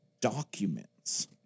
documents